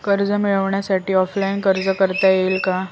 कर्ज मिळण्यासाठी ऑफलाईन अर्ज करता येईल का?